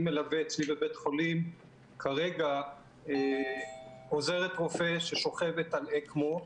אני מלווה אצלי בבית חולים כרגע עוזרת רופא ששוכבת על אקמו,